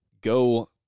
go